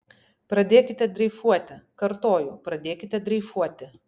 pradėkite dreifuoti kartoju pradėkite dreifuoti